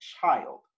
child